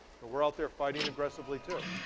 we're out there fighting aggressively, too.